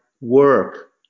work